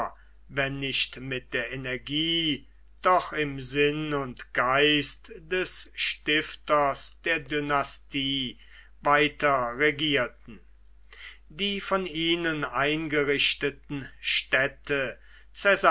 wenn nicht mit der energie doch im sinn und geist des stifters der dynastie weiterregierten die von ihnen eingerichteten städte